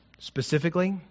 Specifically